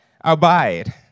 Abide